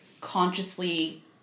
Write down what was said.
consciously